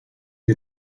you